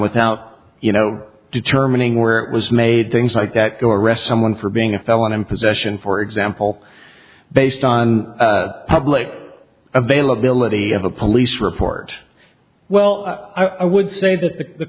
without you know determining where it was made things like that go arrest someone for being a felon in possession for example based on public availability of a police report well i would say that the